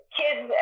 kids